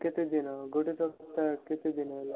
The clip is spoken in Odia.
କେତେ ଦିନ ଗୋଟେ ସପ୍ତାହ କେତେ ଦିନ ହେଲା